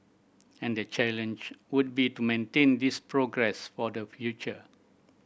and the challenge would be to maintain this progress for the future